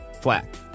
flat